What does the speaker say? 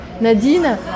Nadine